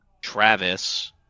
Travis